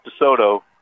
DeSoto